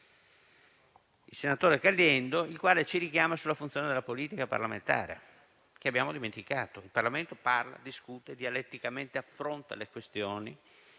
senatore Caliendo, il quale ci richiama sulla funzione della politica parlamentare, che abbiamo dimenticato: il Parlamento parla, discute dialetticamente, affronta le questioni